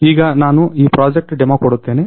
ಈಗ ನಾನು ಈ ಪ್ರಾಜೆಕ್ಟ್ ಡೆಮೊ ಕೊಡುತ್ತೇನೆ